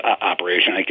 operation